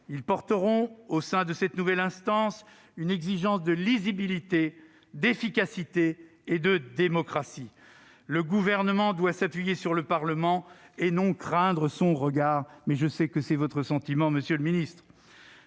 porteront au sein de cette nouvelle instance une exigence de lisibilité, d'efficacité et de démocratie. Le Gouvernement doit s'appuyer sur le Parlement, et non craindre son regard ; je sais que tel est votre sentiment, monsieur le ministre.